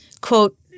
quote